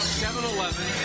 7-Eleven